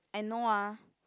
I know ah